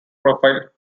profile